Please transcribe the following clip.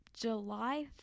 July